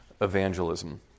evangelism